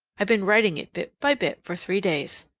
i've been writing it bit by bit for three days,